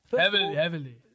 Heavily